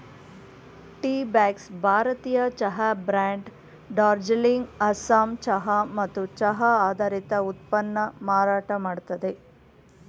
Teabox ಭಾರತೀಯ ಚಹಾ brand Darjeeling Assam ಚಹಾ ಮತ್ತು ಚಹಾ ಆಧಾರಿತ ಉತ್ಪನ್ನನ ಮಾರಾಟ ಮಾಡ್ತದೆ